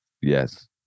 Yes